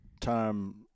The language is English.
time